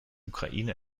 ukraine